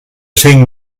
cinc